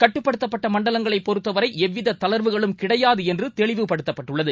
கட்டுப்படுத்தப்பட்டமண்டலங்களைபொறுத்தவரைஎவ்விததளா்வுகளும் கிடையாதுஎன்றுதெளிவுப்படுத்தப்பட்டுள்ளது